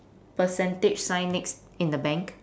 percentage sign next in the bank